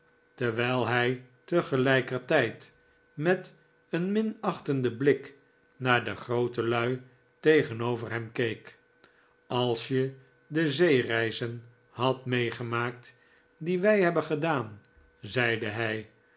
terwijl hij tegelijkertijd met een minachtenden blik naar de grootelui tegenover hem keek als je de zeereizen had meegemaakt die wij hebben gedaan zeide hij